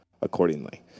accordingly